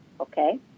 okay